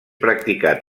practicat